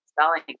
spelling